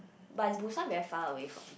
but Busan very far away from